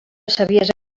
saviesa